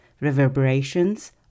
reverberations